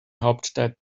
hauptstadt